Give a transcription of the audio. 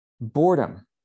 Boredom